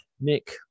Nick